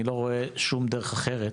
אני לא רואה שום דרך אחרת